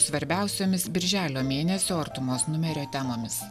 svarbiausiomis birželio mėnesio artumos numerio temomis